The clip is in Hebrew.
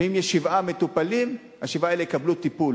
ואם יש שבעה מטופלים, השבעה האלה יקבלו טיפול.